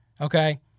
Okay